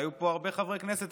והיו פה הרבה חברי כנסת,